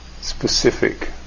specific